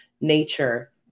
nature